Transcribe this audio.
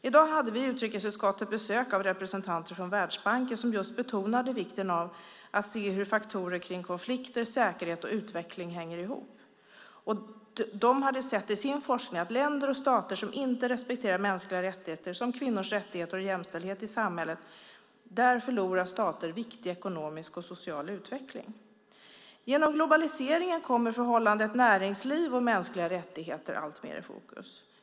I dag hade vi i utrikesutskottet besök av representanter från Världsbanken som just betonade vikten av att se hur faktorer kring konflikter, säkerhet och utveckling hänger ihop. De hade i sin forskning sett att länder och stater som inte respekterar mänskliga rättigheter, som kvinnors rättigheter och jämställdhet i samhället, förlorar viktig ekonomisk och social utveckling. Genom globaliseringen kommer förhållandet näringsliv och mänskliga rättigheter alltmer i fokus.